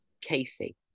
Casey